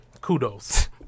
Kudos